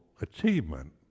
achievement